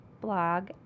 Blog